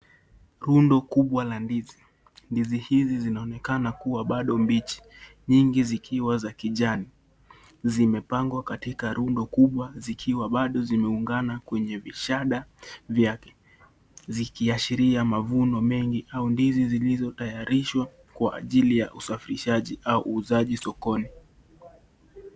Rundo kubwa la ndizi. Ndizi hizi zinaonekana kuwa bado mbichi, nyingi zikiwa za kijani. Zimepangwa katika rundo kubwa, zikiwa bado zimeungana kwenye vishada vyake. Zikiashiria mavuno mengi au ndizi zilizotayarishwa kwa ajili ya usafirishaji au uuzaji sokoni.